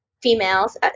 females